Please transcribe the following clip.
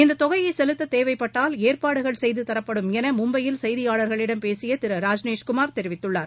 இந்த தொகையை செலுத்த தேவைப்பட்டால் ஏற்பாடுகள் செய்து தரப்படும் என மும்பையில் செய்தியாளர்களிடம் பேசிய திரு ராஜ்நேஷ் குமார் தெரிவித்துள்ளார்